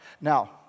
Now